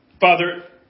Father